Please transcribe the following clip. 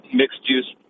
mixed-use